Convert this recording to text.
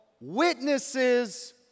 witnesses